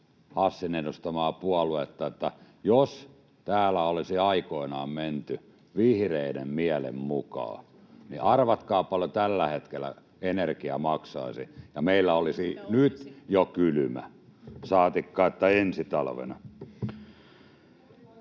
Hassin edustamaa puoluetta, että jos täällä olisi aikoinaan menty vihreiden mielen mukaan, niin arvatkaa, paljonko tällä hetkellä energia maksaisi, ja meillä olisi nyt jo kylmä, saatikka ensi talvena.